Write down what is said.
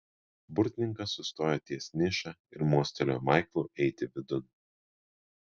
burtininkas sustojo ties niša ir mostelėjo maiklui eiti vidun